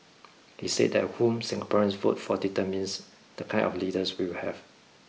he said that whom Singaporeans vote for determines the kind of leaders we will have